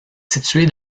située